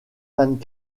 vingt